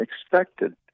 expected